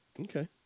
Okay